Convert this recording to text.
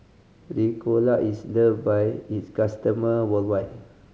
Ricola is loved by its customer worldwide